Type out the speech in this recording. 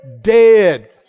Dead